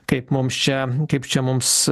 kaip mums čia kaip čia mums